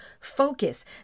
focus